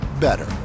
better